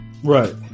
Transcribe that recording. Right